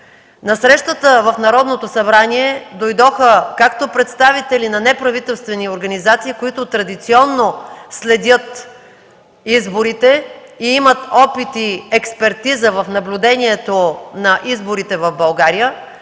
На срещата в Народното събрание дойдоха както представители на неправителствени организации, които традиционно следят изборите и имат опит и експертиза в наблюдението на изборите в България,